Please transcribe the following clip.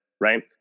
Right